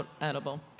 edible